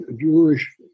Jewish